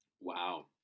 Wow